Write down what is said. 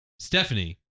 Stephanie